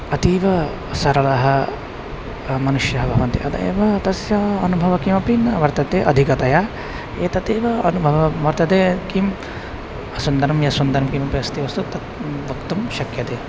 अतीव सरलः मनुष्यः भवति अतः एव तस्य अनुभवः किमपि न वर्तते अधिकतया एतदेव अनुभवं वर्तते किं सुन्दरं असुन्दरं किमपि अस्ति वसु तत् वक्तुं शक्यते